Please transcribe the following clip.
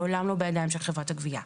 לעולם לא בידיים של חברת הגבייה.